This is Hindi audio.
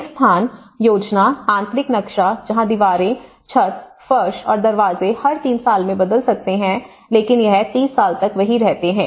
एक स्थान योजना आंतरिक नक्शा जहां दीवारें छत फर्श और दरवाजे हर 3 साल में बदल सकते हैं लेकिन यह 30 साल तक वही रहते हैं